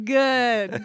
good